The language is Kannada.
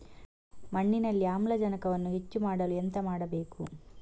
ಮಣ್ಣಿನಲ್ಲಿ ಆಮ್ಲಜನಕವನ್ನು ಹೆಚ್ಚು ಮಾಡಲು ಎಂತ ಮಾಡಬೇಕು?